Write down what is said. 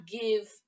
give